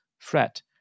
threat